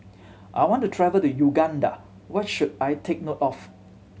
I want to travel to Uganda what should I take note of